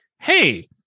hey